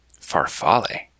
farfalle